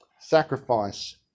Sacrifice